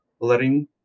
letting